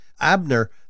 Abner